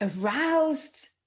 aroused